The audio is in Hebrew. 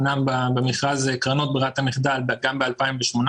אמנם במכרז קרנות ברירת המחדל פקע ב-2018,